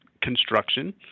construction